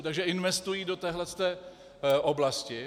Takže investují do téhle oblasti.